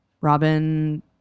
Robin